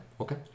Okay